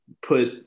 put